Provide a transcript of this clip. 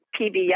pbs